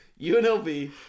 UNLV